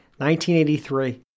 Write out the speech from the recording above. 1983